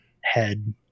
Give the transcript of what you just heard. head